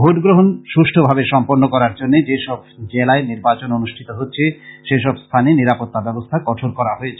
ভোটগ্রহণ সুষ্ঠভাবে সম্পন্ন করার জন্য যেসব জেলায় নির্বাচন অনুষ্ঠিত হচ্ছে সেসব স্থানে নিরাপত্তা ব্যবস্থা কঠোর করা হয়েছে